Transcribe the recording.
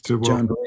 John